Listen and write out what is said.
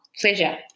pleasure